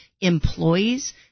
employees